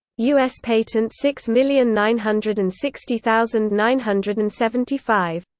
u s. patent six million nine hundred and sixty thousand nine hundred and seventy five,